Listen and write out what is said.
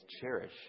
cherish